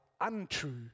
untrue